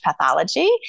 pathology